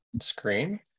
screen